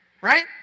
right